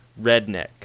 redneck